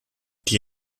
die